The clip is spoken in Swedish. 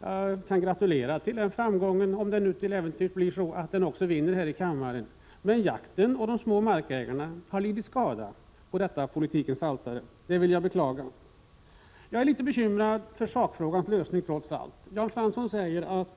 Jag kan gratulera till framgången om det till äventyrs blir så att förslaget bifalls här i kammaren, men i så fall offras jakten och de små markägarna på politikens altare, och det vill jag beklaga. Jag är trots allt litet bekymrad över sakfrågans behandling. Jan Fransson säger att